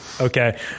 Okay